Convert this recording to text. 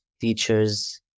teachers